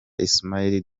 ismaila